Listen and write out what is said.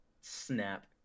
snap